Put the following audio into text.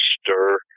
stir